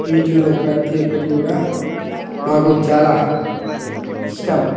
వీటిలో ప్రతిఒక్కటి కూడా నాకు చాలా ఇష్టం